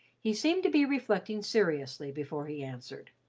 he seemed to be reflecting seriously, before he answered.